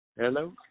Hello